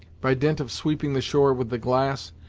by dint of sweeping the shore with the glass,